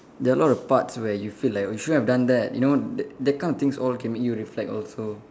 there are a lot of parts where you feel like you shouldn't have done that you know that that kind of things all can make you reflect also